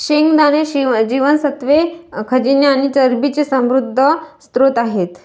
शेंगदाणे जीवनसत्त्वे, खनिजे आणि चरबीचे समृद्ध स्त्रोत आहेत